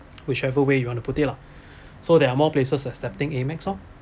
whichever way you want to put it lah so there are more places accepting Amex lor